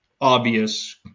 obvious